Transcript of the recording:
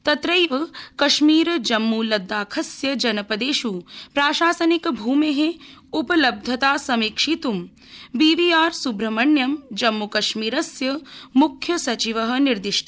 तत्रैव कश्मीर जम्मू लददाखस्य जनपदेष् प्राशासनिक भूमे उपलब्धता समीक्षित् बीवीआर स्ब्रह्मण्यम् जम्मूकश्मीरस्य मुख्यसचिव निर्दिष्ट